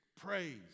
Praise